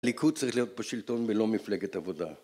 ליכוד צריך להיות בשלטון ולא מפלגת עבודה